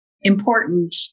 important